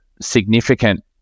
significant